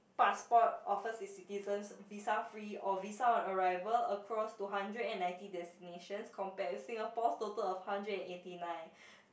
passport offers it's citizens visa free or visa on arrival across to hundred and ninety destinations compared to Singapore's total of hundred and eighty nine